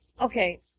okay